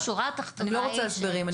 אני לא רוצה הסברים,